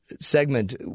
segment